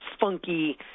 funky